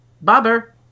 Bobber